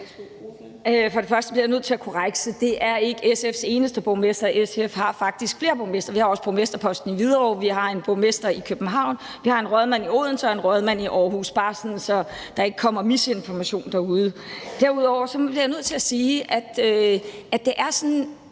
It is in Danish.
For det første bliver jeg nødt til at korrekse spørgeren. Det er ikke SF's eneste borgmester, SF har faktisk flere borgmestre; vi har også borgmesterposten i Hvidovre, vi har en borgmester i København, vi har en rådmand i Odense og en rådmand i Aarhus – bare sådan at der ikke kommer misinformation derude. Derudover bliver jeg nødt til at sige, at det er sådan